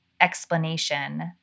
explanation